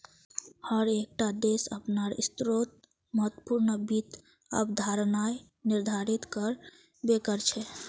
हर एक टा देश अपनार स्तरोंत महत्वपूर्ण वित्त अवधारणाएं निर्धारित कर बे करछे